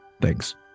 Thanks